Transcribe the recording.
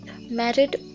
married